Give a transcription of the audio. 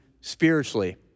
spiritually